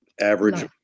average